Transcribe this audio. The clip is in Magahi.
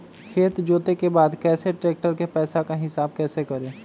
खेत जोते के बाद कैसे ट्रैक्टर के पैसा का हिसाब कैसे करें?